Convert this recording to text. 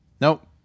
Nope